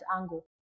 angle